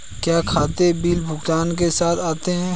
क्या खाते बिल भुगतान के साथ आते हैं?